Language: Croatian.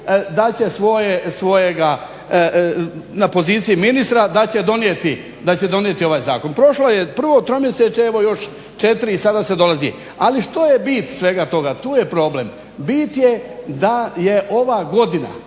da će svojega na poziciji, da će donijeti ovaj zakon. Prošlo je prvo tromjesečje. Evo još četiri i sada se dolazi. Ali što je bit svega toga? Tu je problem. Bit je da je ova godina